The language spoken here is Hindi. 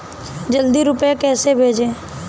जल्दी रूपए कैसे भेजें?